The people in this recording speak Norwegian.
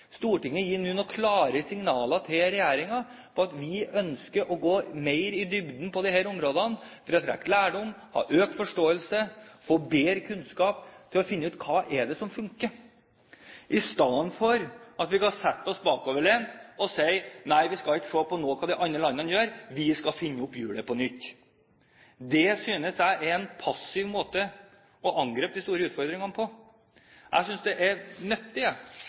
klare signaler til regjeringen om at vi ønsker å gå mer i dybden på disse områdene – for å trekke lærdom, få økt forståelse, få bedre kunnskap til å finne ut hva det er som funker, istedenfor å sitte bakoverlent og si at nei, vi skal ikke se på noe av det de andre landene gjør, vi skal finne opp hjulet på nytt? Det synes jeg er en passiv måte å angripe de store utfordringene på. Jeg synes det er